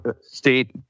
state